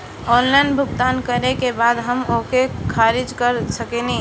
Online भुगतान करे के बाद हम ओके खारिज कर सकेनि?